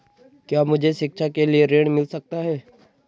क्या मुझे शिक्षा के लिए ऋण मिल सकता है?